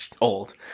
old